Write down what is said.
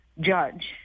judge